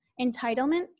entitlement